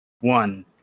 one